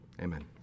Amen